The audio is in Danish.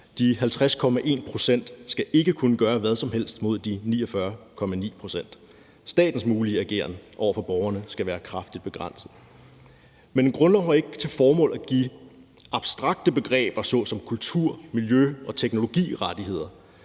De 50,1 pct. skal ikke kunne gøre hvad som helst mod de 49,9 pct. Statens mulige ageren over for borgerne skal være kraftigt begrænset, men en grundlov må ikke have til formål at give abstrakte begreber såsom kultur, miljø og teknologi rettigheder,